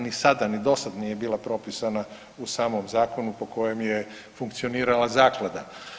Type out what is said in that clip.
Ni sada, ni dosad nije bila propisana u samom zakonu po kojem je funkcionirala zaklada.